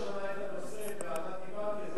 אדוני השר לא שמע את הנושא ועל מה דיברתי,